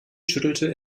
schüttelte